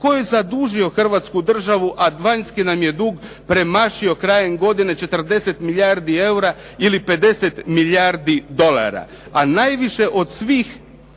Tko je zadužio Hrvatsku državu, a vanjski nam je dug premašio krajem godine 40 milijardi ili 50 milijardi dolara. A najviše od svih